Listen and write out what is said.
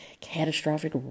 catastrophic